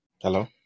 Hello